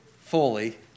fully